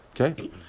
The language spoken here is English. Okay